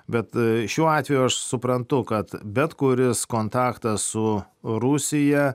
bet šiuo atveju aš suprantu kad bet kuris kontaktas su rusija